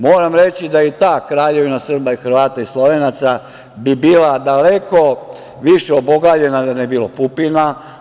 Moram reći da bi i ta Kraljevina Srba, Hrvata i Slovenaca bila daleko više obogaljena da nije bilo Pupina.